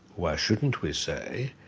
why shouldn't we say,